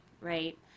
right